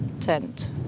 Tent